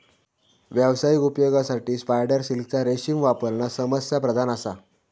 व्यावसायिक उपयोगासाठी स्पायडर सिल्कचा रेशीम वापरणा समस्याप्रधान असा